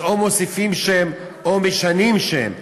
ואז או מוסיפים שם או משנים שם.